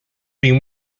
been